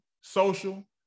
social